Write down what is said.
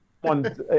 one